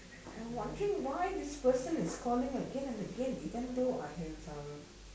I wondering why this person is calling again and again even though I have um